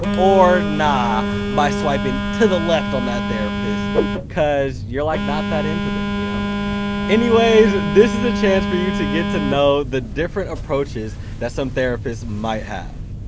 or nah by swiping to the left on that therapist cause you're like, not that into them. you know anyways, this is a chance for you to get to know the different approaches that some therapists might have.